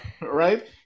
right